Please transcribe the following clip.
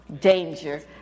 danger